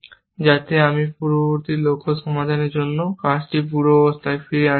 যাতে আমি পূর্ববর্তী লক্ষ্য সমাধানের জন্য করা কাজটি পূর্বাবস্থায় ফিরিয়ে আনছি না